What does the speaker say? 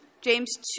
James